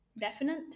Definite